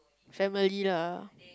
family lah